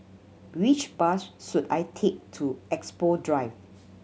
which bus should I take to Expo Drive